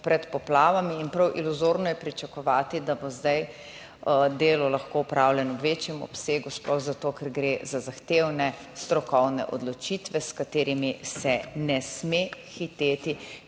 pred poplavami in prav iluzorno je pričakovati, da bo zdaj delo lahko opravljeno v večjem obsegu, sploh zato ker gre za zahtevne strokovne odločitve, s katerimi se ne sme hiteti,